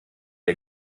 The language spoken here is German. der